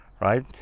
right